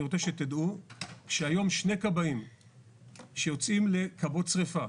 אני רוצה שתדעו שהיום שני כבאים שיוצאים לכבות שריפה,